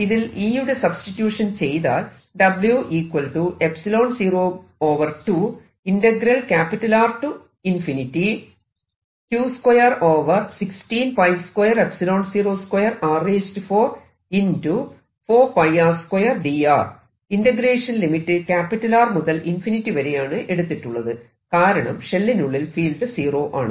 ഇതിൽ E യുടെ substitution ചെയ്താൽ ഇന്റഗ്രേഷൻ ലിമിറ്റ് R മുതൽ ∞ വരെയാണ് എടുത്തിട്ടുള്ളത് കാരണം ഷെല്ലിനുള്ളിൽ ഫീൽഡ് സീറോ ആണ്